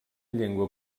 llengua